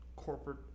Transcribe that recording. Corporate